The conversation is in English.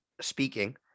speaking